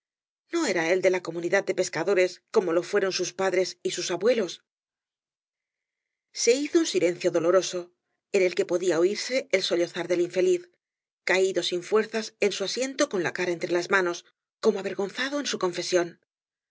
no era él de la comunidad de pescadores como lo fueron bus padres y sus abuelos se hizo uq silencio doloroso en el que podía oírse el sollozsir del infeliz caldo sin fuerzas en sa asiento con la cara entre las manos como avergonzado de su